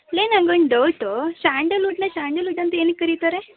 ಲೇ ನಂಗೊಂದು ಡೌಟು ಸ್ಯಾಂಡಲ್ವುಡ್ಡನ್ನ ಸ್ಯಾಂಡಲ್ವುಡ್ ಅಂತ ಏನಕ್ಕೆ ಕರೀತಾರೆ